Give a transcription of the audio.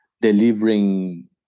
delivering